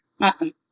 Awesome